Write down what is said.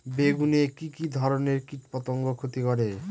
বেগুনে কি কী ধরনের কীটপতঙ্গ ক্ষতি করে?